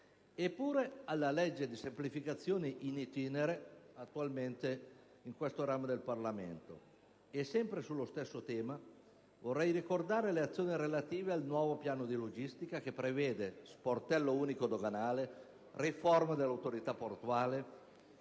133, e alla legge di semplificazione attualmente *in itinere* in questo ramo del Parlamento. Sempre sullo stesso tema, vorrei ricordare le azioni relative al nuovo piano di logistica, che prevede lo sportello unico doganale, la riforma dell'autorità portuale,